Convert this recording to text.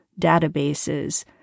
databases